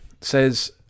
says